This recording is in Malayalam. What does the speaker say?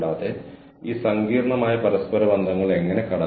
നമ്മൾ ആരെയും നിർബന്ധിക്കുന്നില്ല